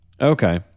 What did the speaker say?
okay